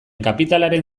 kapitalaren